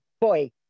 boy